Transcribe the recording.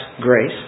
grace